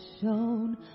shown